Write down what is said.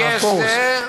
הרב פרוש,